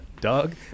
Doug